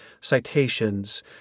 citations